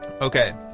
Okay